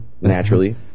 naturally